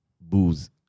booze